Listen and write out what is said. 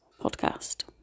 podcast